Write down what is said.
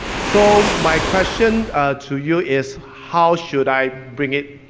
so, my question to you is how should i bring it,